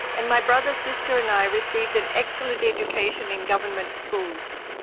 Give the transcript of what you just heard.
and my brother, sister and i received an excellent education in government schools.